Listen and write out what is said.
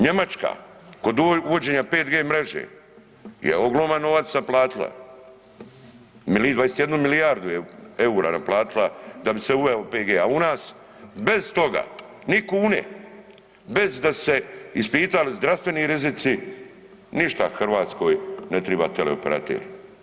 Njemačka kod uvođenja 5G mreže je ogroman novac sad naplatila, 21 milijardu EUR-a je naplatila da bi se uveo 5G, a u nas bez toga, ni kune, bez da su se ispitali zdravstveni rizici, ništa Hrvatskoj ne triba teleoperater.